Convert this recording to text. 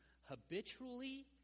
habitually